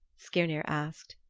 skirnir asked.